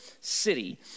city